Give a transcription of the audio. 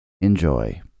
Enjoy